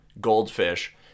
Goldfish